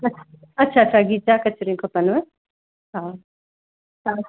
अच्छा अच्छा खीचा कचरियूं खपनिव हा हा